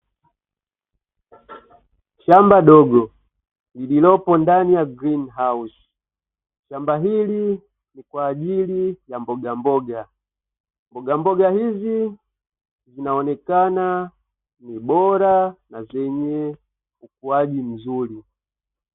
Shamba dogo lililopo ndani ya greenhouse, shamba hili ni kwa ajili ya mbogamboga, mbogamboga hizi zinaonekana ni bora na zenye ukuaji mzuri.